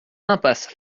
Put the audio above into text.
impasse